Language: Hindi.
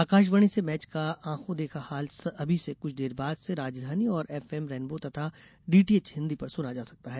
आकाशवाणी से मैच का आंखों देखा हाल अभी से कुछ देर बाद से राजधानी और एफएम रेनबो तथा डीटीएच हिंदी पर सुना जा सकता है